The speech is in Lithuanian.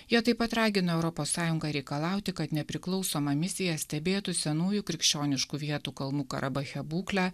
jie taip pat ragina europos sąjungą reikalauti kad nepriklausoma misija stebėtų senųjų krikščioniškų vietų kalnų karabache būklę